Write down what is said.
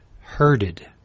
Herded